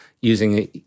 using